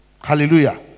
Hallelujah